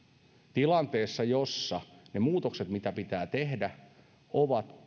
tilanteessa jossa ne muutokset mitä pitää tehdä ovat